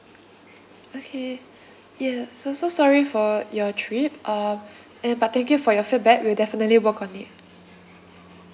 okay ya so so sorry for your trip um and but thank you for your feedback we will definitely work on it